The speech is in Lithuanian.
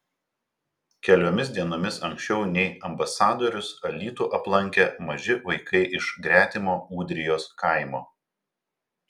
keliomis dienomis anksčiau nei ambasadorius alytų aplankė maži vaikai iš gretimo ūdrijos kaimo